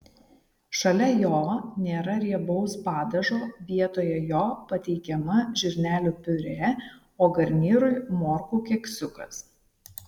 šalia jo nėra riebaus padažo vietoje jo pateikiama žirnelių piurė o garnyrui morkų keksiukas